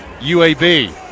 UAB